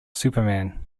superman